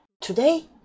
Today